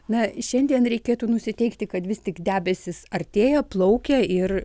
na šiandien reikėtų nusiteikti kad vis tik debesys artėjo plaukė ir